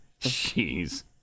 jeez